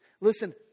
Listen